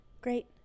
great